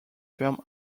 fermes